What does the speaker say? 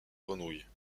grenouille